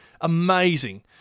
amazing